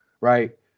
right